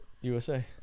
USA